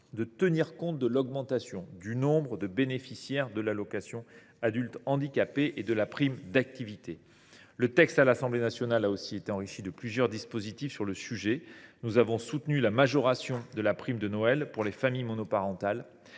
de tenir compte de l’augmentation du nombre de bénéficiaires de l’allocation aux adultes handicapés et de la prime d’activité. Le texte a également été enrichi, à l’Assemblée nationale, de plusieurs dispositifs dans ce domaine. Nous avons soutenu la majoration de la prime de Noël pour les familles monoparentales